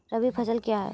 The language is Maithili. रबी फसल क्या हैं?